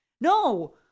no